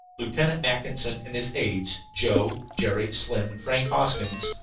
lieutenant mackinson and his aides, joe, jerry, slim and frank hoskins,